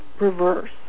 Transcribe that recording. reverse